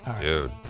Dude